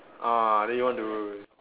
ah then you want to